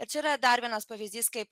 čia yra dar vienas pavyzdys kaip